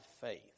faith